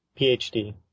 PhD